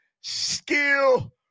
skill